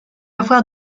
avoir